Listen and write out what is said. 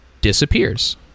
disappears